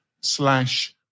slash